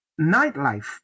nightlife